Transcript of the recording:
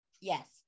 Yes